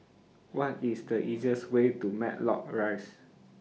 What IS The easiest Way to Matlock Rise